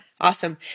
Awesome